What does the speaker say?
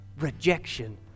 rejection